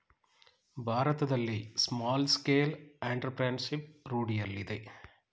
ಭಾರತದಲ್ಲಿ small scale entrepreneurship ರೂಢಿಯಲ್ಲಿದೆ